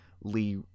Lee